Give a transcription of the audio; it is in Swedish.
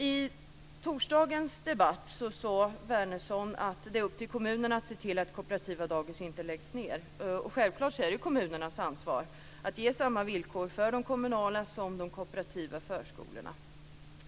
I torsdagens debatt sade Wärnersson att det är upp till kommunerna att se till att kooperativa dagis inte läggs ned. Och självklart är det kommunernas ansvar att ge samma villkor för de kommunala som för de kooperativa förskolorna.